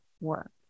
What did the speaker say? work